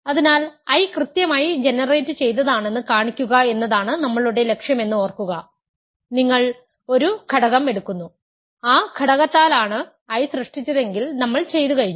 അതിനാൽ I കൃത്യമായി ജനറേറ്റുചെയ്തതാണെന്ന് കാണിക്കുക എന്നതാണ് നമ്മളുടെ ലക്ഷ്യമെന്ന് ഓർക്കുക നിങ്ങൾ ഒരു ഘടകo എടുക്കുന്നു ആ ഘടകത്താലാണ് I സൃഷ്ടിച്ചതെങ്കിൽ നമ്മൾ ചെയ്തു കഴിഞ്ഞു